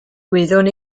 wyddwn